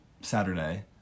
Saturday